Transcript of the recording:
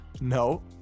no